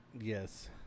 Yes